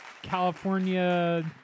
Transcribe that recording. California